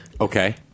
Okay